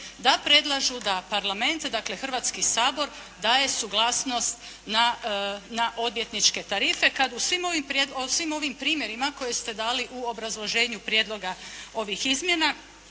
da predlažu da Parlament, dakle Hrvatski sabor daje suglasnost na odvjetničke tarife kad o svim ovim primjerima koje ste dali u obrazloženju prijedloga ovih izmjena.